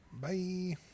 bye